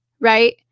right